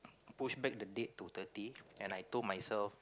push back the date to thirty and I told myself